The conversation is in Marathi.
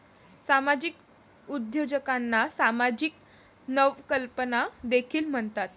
सामाजिक उद्योजकांना सामाजिक नवकल्पना देखील म्हणतात